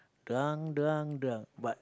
drunk drunk drunk but